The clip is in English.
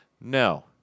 No